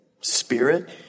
spirit